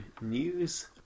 news